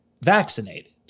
vaccinated